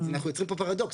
אז אנחנו יוצרים פה פרדוקס.